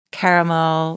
caramel